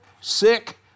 sick